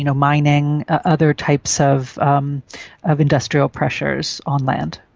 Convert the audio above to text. you know mining, other types of um of industrial pressures on land.